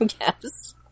Yes